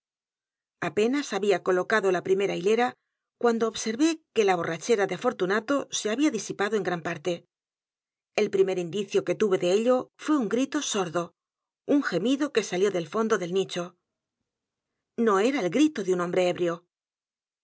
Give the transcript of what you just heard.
apenas había colocado la primera hilera cuando observé que la borrachera de fortunato se había disipado en gran parte é l primer indicio que tuve de ello fué üfi grito sordo un gemido que salió del fondo del nicho no era el gritó de un hombre ebrio